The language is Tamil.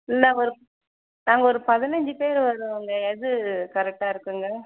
இல்லை ஒரு நாங்கள் ஒரு பதினஞ்சு பேரு வருவோங்க எது கரெக்ட்டாக இருக்குங்க